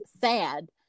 sad